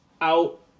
out